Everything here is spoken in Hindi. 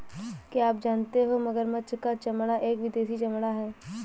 क्या आप जानते हो मगरमच्छ का चमड़ा एक विदेशी चमड़ा है